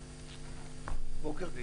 אני